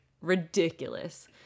ridiculous